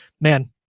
man